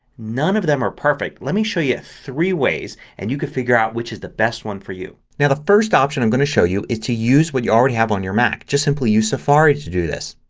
none of them are perfect. let me show you three ways and you can figure out which is the best one for you. now the first option i'm going to show you is to use what you already have on your mac. just simply use safari to do this.